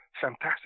fantastic